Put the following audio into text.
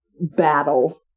battle